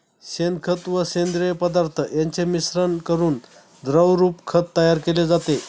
शेणखत व सेंद्रिय पदार्थ यांचे मिश्रण करून द्रवरूप खत तयार केले जाते